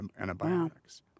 antibiotics